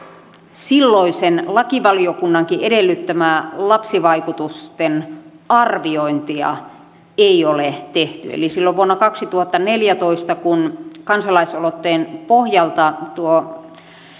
silloisen lakivaliokunnankin edellyttämää lapsivaikutusten arviointia ei ole tehty eli silloin vuonna kaksituhattaneljätoista kun kansalaisaloitteen pohjalta tuo